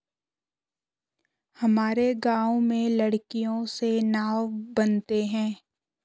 हमारे गांव में लकड़ियों से नाव बनते हैं